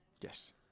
Yes